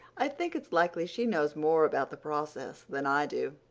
i think it's likely she knows more about the process than i do.